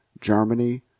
Germany